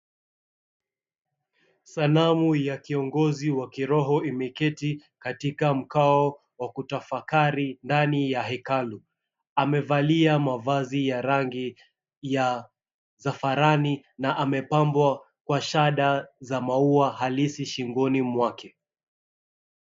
Sanamu ya kiongozi wa kiroho imeketi katika mkao wa kutafakari ndani ya hekalu. Amevalia mavazi ya rangi ya zafarani na amepambwa kwa shada za maua halisi shingoni mwake.